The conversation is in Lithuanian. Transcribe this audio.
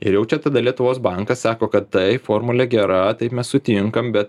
ir jau čia tada lietuvos bankas sako kad taip formulė gera taip mes sutinkam bet